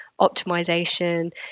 optimization